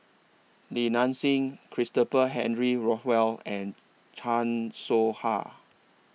Li Nanxing Christopher Henry Rothwell and Chan Soh Ha